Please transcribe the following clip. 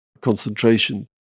concentration